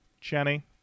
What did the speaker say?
Jenny